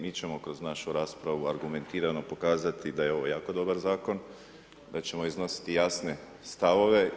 Mi ćemo kroz našu raspravu, argumentirano pokazati, da je ovo jako dobar zakon, da ćemo iznositi jasne stavove.